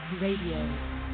Radio